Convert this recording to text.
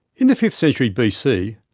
in the fifth century bc,